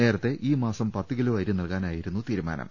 നേരത്തെ ഈ മാസം പത്ത് കിലോ അരി നൽകാനായിരുന്നു തീരുമാനം